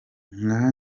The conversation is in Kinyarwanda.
nka